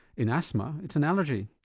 in asthma it's an allergy,